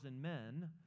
men